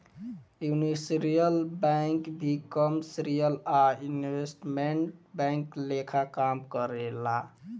universal bank भी commercial आ investment bank लेखा काम करेले